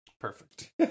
perfect